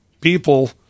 people